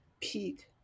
peak